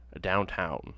downtown